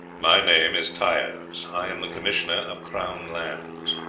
my name is tyers. i am the commissioner of crown lands.